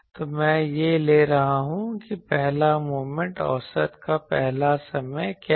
तो मैं यह ले रहा हूं कि पहला मोमेंट औसत का पहला समय क्या है